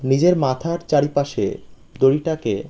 নিজের মাথার চারপাশে দড়িটাকে